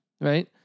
right